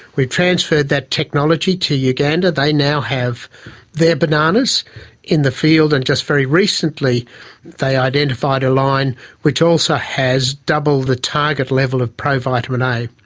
we've transferred that technology to uganda, they now have their bananas in the field, and just very recently they identified a line which also has double the target level of provitamin a.